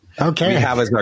Okay